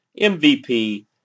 MVP